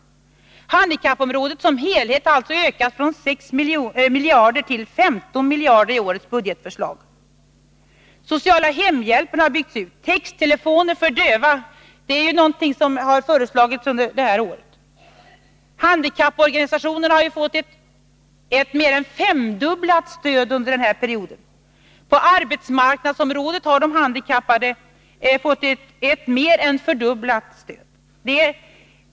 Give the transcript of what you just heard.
Inom handikappområdet som helhet har anslagen ökat från 6 miljarder till 15 miljarder i årets budgetförslag. Den sociala hemhjälpen har byggts ut. Texttelefoner för döva är någonting som har föreslagits detta år. Handikapporganisationerna har fått ett mer än fem gånger ökat stöd under denna period. På arbetsmarknadsområdet har de handikappade fått ett mer än fördubblat stöd.